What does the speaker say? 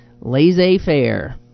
laissez-faire